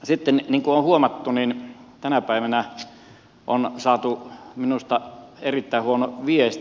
sitten niin kuin huomattu tänä päivänä on saatu minusta erittäin huono viesti